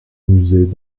musées